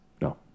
No